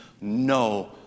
no